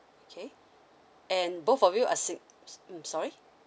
okay and both of you are sin~ mmhmm sorry